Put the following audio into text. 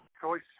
choice